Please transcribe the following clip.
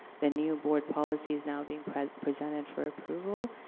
the new board policy is now being presented for approval.